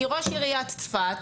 כי ראש עיריית צפת